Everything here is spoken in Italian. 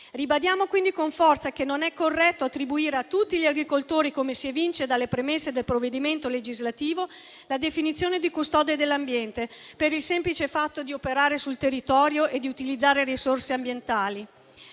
Ribadiamo quindi con forza che non è corretto attribuire a tutti gli agricoltori, come si evince dalle premesse del provvedimento legislativo, la definizione di custode dell'ambiente per il semplice fatto di operare sul territorio e di utilizzare risorse ambientali.